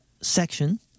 section